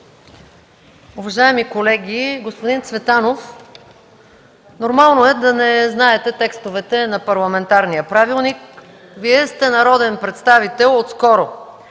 Уважаеми колеги! Господин Цветанов, нормално е да не знаете текстовете на парламентарния правилник. Вие сте народен представител отскоро.